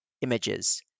images